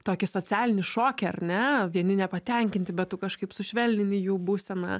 tokį socialinį šokį ar ne vieni nepatenkinti bet tu kažkaip sušvelnini jų būseną